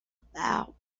about